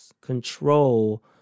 control